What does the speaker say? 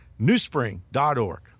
newspring.org